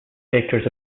pictures